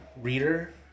reader